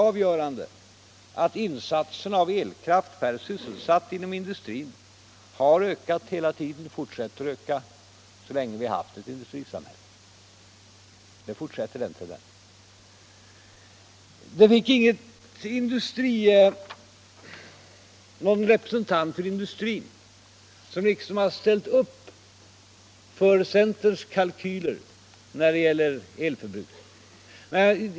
Avgörande är att insatserna av elkraft per sysselsatt inom svensk industri har ökat så länge vi haft ett industrisamhälle och den tendensen fortsätter alltjämt. Det finns inte någon representant för industrin som ställt upp för centerns kalkyler när det gäller elförbrukningen.